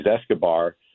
Escobar